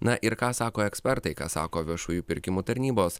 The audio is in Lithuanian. na ir ką sako ekspertai ką sako viešųjų pirkimų tarnybos